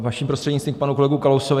Vaším prostřednictvím k panu kolegovi Kalousovi.